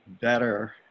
better